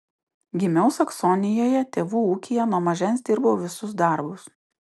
gimiau saksonijoje tėvų ūkyje nuo mažens dirbau visus darbus